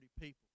people